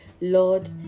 Lord